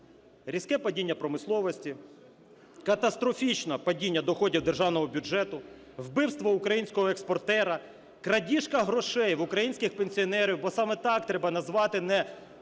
Різке падіння промисловості, катастрофічне падіння доходів державного бюджету, вбивство українського експортера, крадіжка грошей в українських пенсіонерів, бо саме так треба назвати не